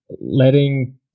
letting